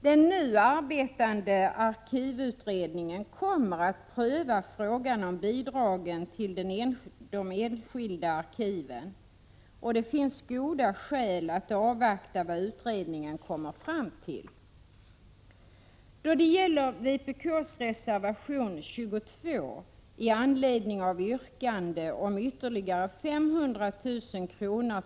Den nu arbetande arkivutredningen kommer att pröva frågan om bidragen till de enskilda arkiven. Det finns goda skäl att avvakta vad utredningen kommer fram till. Då det gäller vpk:s reservation 22 med anledning av yrkandet om ytterligare 500 000 kr.